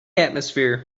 atmosphere